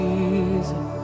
Jesus